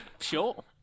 Sure